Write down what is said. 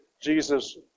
Jesus